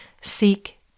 Seek